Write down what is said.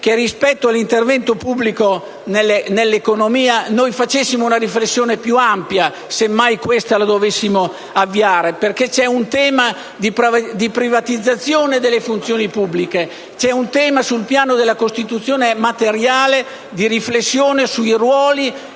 che rispetto all'intervento pubblico nell'economia facessimo una riflessione più ampia, semmai la dovessimo avviare, perché c'è un tema di privatizzazione delle funzioni pubbliche, un tema sul piano della Costituzione materiale di riflessione sui ruoli